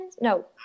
No